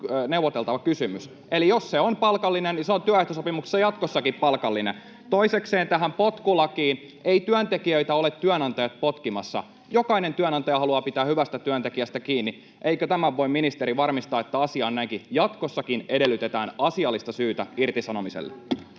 neuvoteltava kysymys. Eli jos se on palkallinen, niin se on työehtosopimuksessa jatkossakin palkallinen. Toisekseen tähän ”potkulakiin”: Eivät työnantajat ole työntekijöitä potkimassa. Jokainen työnantaja haluaa pitää hyvästä työntekijästä kiinni. Eikö tämän voi ministeri varmistaa, että asia on näin, että jatkossakin edellytetään asiallista syytä irtisanomiselle?